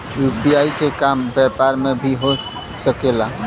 UPI के काम व्यापार में भी हो सके ला?